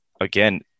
again